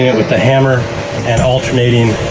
yeah with the hammer and alternating,